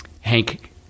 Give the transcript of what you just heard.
Hank